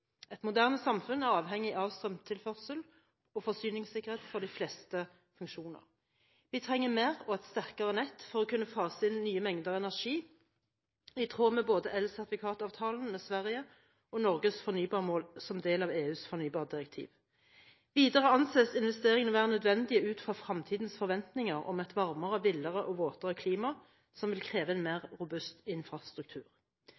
Et moderne samfunn er avhengig av strømtilførsel og forsyningssikkerhet for de fleste funksjoner. Vi trenger mer og et sterkere nett for å kunne fase inn nye mengder energi – i tråd med både elsertifikatavtalen med Sverige og Norges fornybarmål som del av EUs fornybardirektiv. Videre anses investeringene å være nødvendige ut fra fremtidens forventninger om et varmere, villere og våtere klima, som vil kreve en